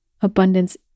Abundance